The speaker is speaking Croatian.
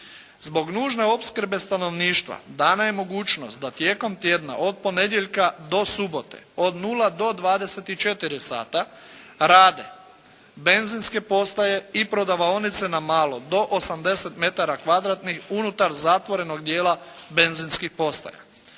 zbog nužne opskrbe stanovništva dana je mogućnost da tijekom tjedna od ponedjeljka do subote od 0 do 24 sata rade benzinske postaje i prodavaonice na malo do 80 metara kvadratnih unutar zatvorenog dijela benzinskih postaja,